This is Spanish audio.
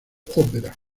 ópera